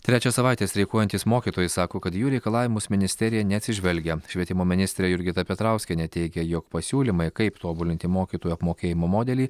trečią savaitę streikuojantys mokytojai sako kad į jų reikalavimus ministerija neatsižvelgia švietimo ministrė jurgita petrauskienė teigė jog pasiūlymai kaip tobulinti mokytojų apmokėjimo modelį